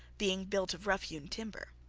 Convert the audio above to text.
being built of rough-hewn timber.